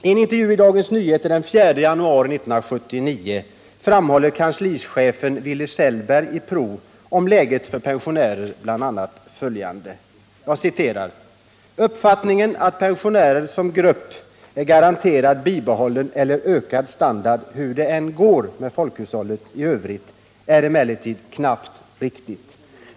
I en intervju i Dagens Nyheter den 4 januari 1979 framhåller kanslichefen Willy Sehlberg i PRO bl.a. följande beträffande läget för pensionärerna: ”Uppfattningen att pensionärerna som grupp är garanterade bibehållen eller ökad standard hur det än går med folkhushållet i övrigt är emellertid knappt riktigt.